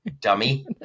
dummy